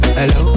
hello